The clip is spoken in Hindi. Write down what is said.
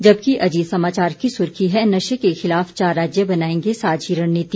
जबकि अजीत समाचार की सुर्खी है नशे के खिलाफ चार राज्य बनाएंगे साझी रणनीति